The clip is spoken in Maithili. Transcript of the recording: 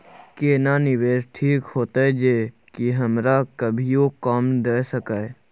केना निवेश ठीक होते जे की हमरा कभियो काम दय सके?